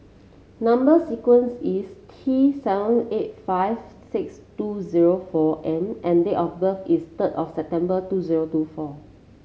number sequence is T seven eight five six two zero four M and date of birth is third of September two zero two four